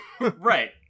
Right